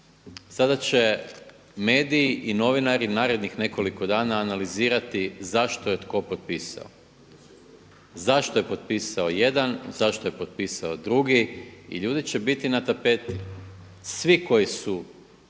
Sada će mediji i novinari narednih nekoliko dana analizirati zašto je tko popisao, zašto je potpisao jedan, zašto je potpisao drugi i ljudi će biti na tapeti, svi koji su